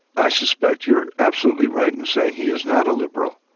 i suspect you are absolutely right in saying he is not a liberal,